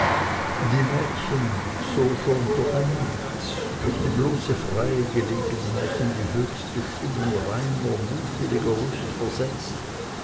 die mädchen so schon durch ein nichts durch die bloße freie gelegenheit in die höchste stimmung reiner mutwilliger lust versetzt